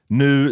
nu